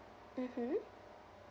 mmhmm